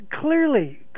clearly